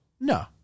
No